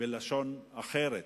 בלשון אחרת,